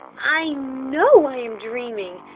i know i'm dreaming,